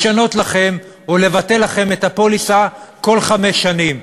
לשנות להם או לבטל להם את הפוליסה כל חמש שנים.